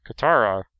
Katara